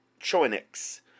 choinix